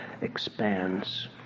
expands